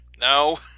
no